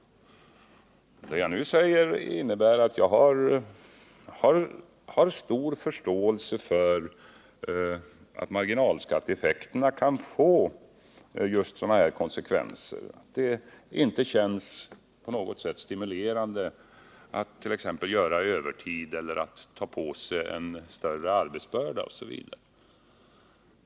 Det jag nu har sagt innebär att jag har stor förståelse för att marginalskatteeffekterna kan få just konsekvensen att det inte på något sätt känns stimulerande attt.ex. göra övertid eller ta på sig en större arbetsbörda.